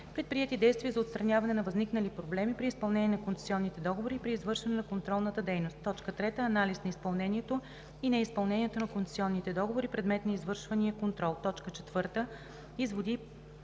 предприети действия за отстраняване на възникнали проблеми при изпълнение на концесионните договори и при извършване на контролната дейност; 3. анализ на изпълнението и неизпълнението на концесионните договори – предмет на извършвания контрол; 4. изводи